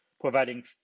providing